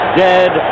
dead